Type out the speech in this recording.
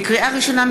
לקריאה ראשונה,